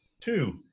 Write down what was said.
Two